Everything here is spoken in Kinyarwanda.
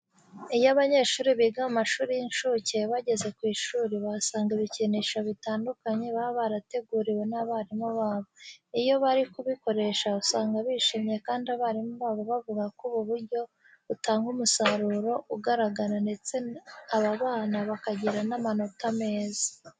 Iyo abanyeshuri biga mu mashuri y'incuke bageze ku ishuri bahasanga ibikinisho bitandukanye baba barateguriwe n'abarimu babo. Iyo bari kubikoresha usanga bishimye kandi abarimu babo bavuga ko ubu buryo butanga umusaruro ugaragara ndetse aba bana bakagira n'amanota meza.